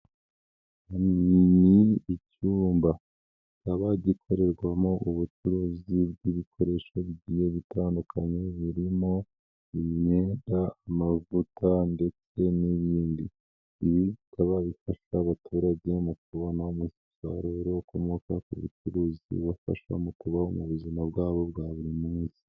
Ubu ni icyumba kikaba gikorerwamo ubucuruzi bw'ibikoresho bigiye bitandukanye birimo imyenda amavuta ndetse n'ibindi ibi bikaba bifasha abaturage mu kubona kubona umusaruro ukomoka ku bucuruzi ubafasha mu kubaho mu buzima bwabo bwa buri munsi.